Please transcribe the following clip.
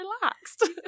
relaxed